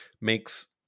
makes